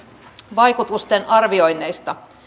vaikutusten arvioinneista